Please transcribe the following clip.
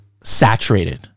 saturated